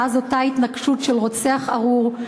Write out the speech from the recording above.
מאז אותה התנקשות של רוצח ארור,